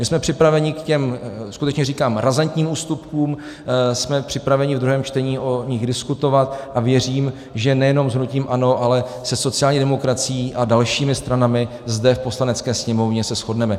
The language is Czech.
My jsme připraveni k těm, skutečně říkám, razantním ústupkům, jsme připraveni v druhém čtení o nich diskutovat a věřím, že nejenom s hnutím ANO, ale se sociální demokracií a dalšími stranami zde v Poslanecké sněmovně se shodneme.